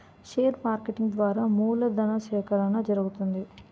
share marketing ద్వారా మూలధను సేకరణ జరుగుతుంది